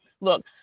look